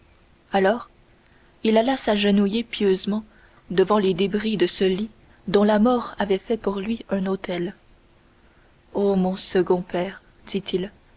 alors il alla s'agenouiller pieusement devant les débris de ce lit dont la mort avait fait pour lui un autel ô mon second père dit-il